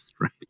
right